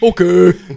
okay